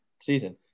season